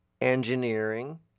engineering